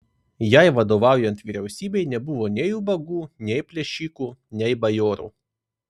jai vadovaujant vyriausybei nebuvo nei ubagų nei plėšikų nei bajorų